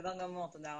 בסדר גמור, תודה רבה.